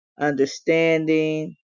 understanding